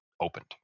opened